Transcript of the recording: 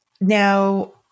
Now